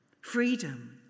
Freedom